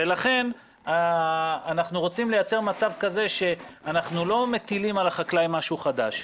לכן אנחנו רוצים לייצר מצב כזה שאנחנו לא מטילים על החקלאי משהו חדש.